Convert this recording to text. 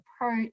approach